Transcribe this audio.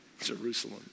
Jerusalem